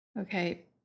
Okay